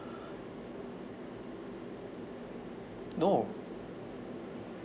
no